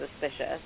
suspicious